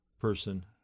person